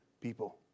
people